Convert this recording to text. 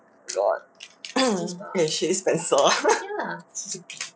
god this pencil ah